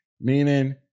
meaning